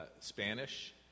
Spanish